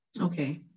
Okay